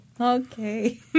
Okay